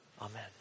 Amen